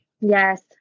Yes